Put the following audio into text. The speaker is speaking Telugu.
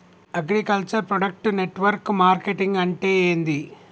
అగ్రికల్చర్ ప్రొడక్ట్ నెట్వర్క్ మార్కెటింగ్ అంటే ఏంది?